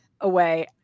away